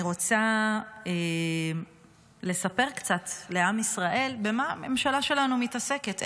אני רוצה לספר קצת לעם ישראל במה הממשלה שלנו מתעסקת,